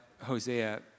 Hosea